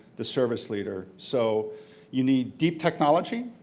the service leader. so you need deep technology,